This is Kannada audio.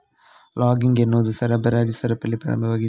ಲಾಗಿಂಗ್ ಎನ್ನುವುದು ಸರಬರಾಜು ಸರಪಳಿಯ ಪ್ರಾರಂಭವಾಗಿದೆ